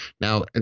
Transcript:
Now